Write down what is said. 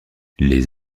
les